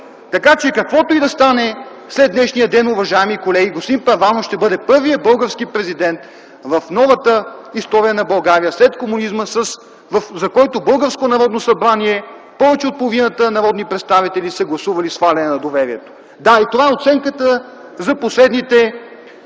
колеги, каквото и да стане след днешния ден, господин Първанов ще бъде първият български президент в новата история на България след комунизма, за което българското Народно събрание повече от половината народни представители са гласували сваляне на доверието. Да, и това е оценката за последните